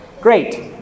great